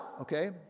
okay